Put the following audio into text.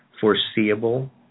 foreseeable